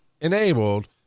enabled